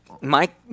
Mike